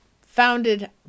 founded